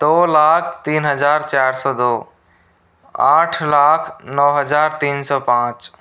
दो लाख तीन हजार चार सौ दो आठ लाख नौ हजार तीन सौ पाँच